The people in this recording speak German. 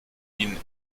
ihn